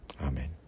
Amen